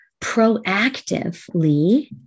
proactively